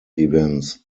events